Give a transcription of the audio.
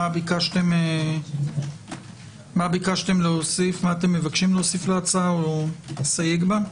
מה אתם מבקשם להוסיף להצעה או לסייג בה?